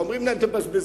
ואומרים להם תבזבזו,